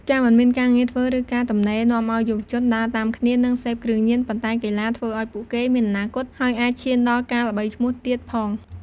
ការមិនមានការងារធ្វើ ឬការទំនេរនាំឲ្យយុវជនដើរតាមគ្នា និងសេពគ្រឿងញៀន ប៉ុន្តែកីឡាធ្វើឲ្យពួកគេមានអនាគត ហើយអាចឈានដល់ការល្បីឈ្មោះទៀតផង។